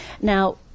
Now